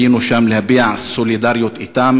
היינו שם על מנת להביע סולידריות אתם,